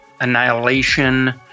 Annihilation